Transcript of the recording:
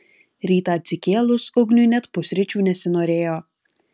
rytą atsikėlus ugniui net pusryčių nesinorėjo